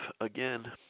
again